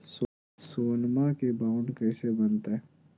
सोनमा के बॉन्ड कैसे बनते?